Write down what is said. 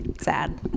Sad